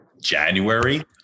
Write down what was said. January